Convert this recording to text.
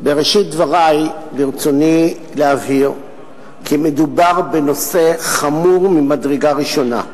בראשית דברי ברצוני להבהיר כי מדובר בנושא חמור ממדרגה ראשונה.